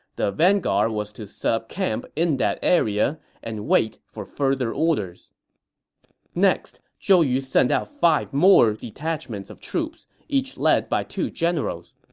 the vanguard was to set up camp in that area and wait for further orders next, zhou yu sent out five more detachments of troops, each led by two generals.